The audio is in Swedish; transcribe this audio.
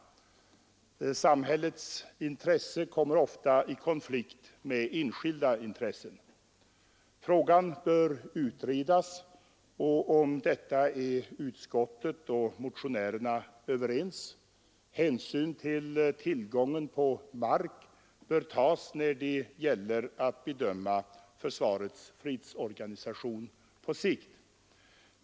Samhällets intressen kommer ofta i konflikt med enskilda intressen. Frågan bör utredas, och härom är utskottet och motionärerna överens. Hänsyn till tillgången på mark bör tas när det gäller att bedöma försvarets fredsorganisation på sikt.